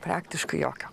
praktiškai jokio